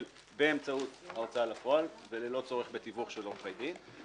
באמצעות ההוצאה לפועל וללא צורך בתיווך של עורכי דין.